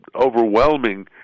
overwhelming